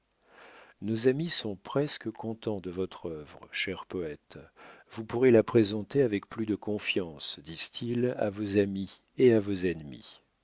nos amis sont presque contents de votre œuvre cher poète vous pourrez la présenter avec plus de confiance disent-ils à vos amis et à vos ennemis